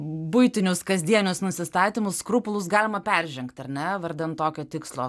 buitinius kasdienius nusistatymus skrupulus galima peržengt ar ne vardan tokio tikslo